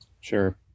Sure